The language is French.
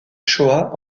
shoah